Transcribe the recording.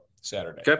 Saturday